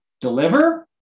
deliver